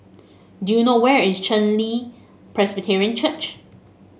do you know where is Chen Li Presbyterian Church